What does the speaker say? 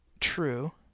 true.